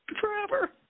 Forever